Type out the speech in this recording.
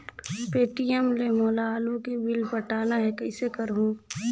Paytm ले मोला आलू के बिल पटाना हे, कइसे करहुँ?